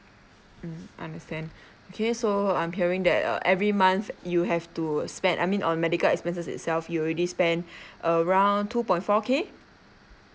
mm understand okay so I'm hearing that uh every month you have to spend I mean on medical expenses itself you already spent around two point four K